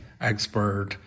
expert